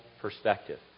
perspective